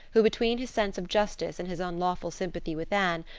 who, between his sense of justice and his unlawful sympathy with anne,